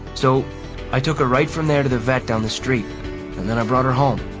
so i took her right from there to the vet down the street and then i brought her home.